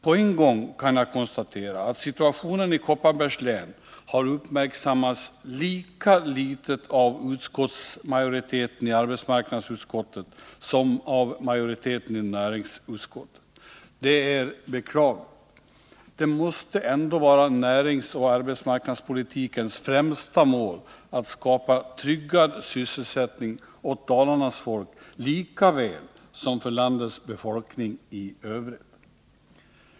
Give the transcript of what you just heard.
På en gång kan jag konstatera att situationen i Kopparbergs län har uppmärksammats lika litet av utskottsmajoriteten i arbetsmarknadsutskottet som av majoriteten i näringsutskottet. Det är beklagligt. Det måste ändå vara näringsoch arbetsmarknadspolitikens främsta mål att skapa tryggad sysselsättning åt Dalarnas folk, lika väl som för landets befolkning i övrigt.